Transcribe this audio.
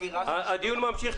הדיון ממשיך.